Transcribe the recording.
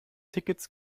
tickets